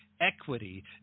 equity